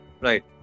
Right